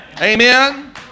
Amen